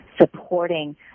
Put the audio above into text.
supporting